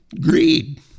Greed